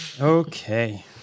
Okay